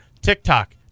TikTok